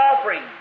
offering